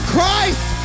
Christ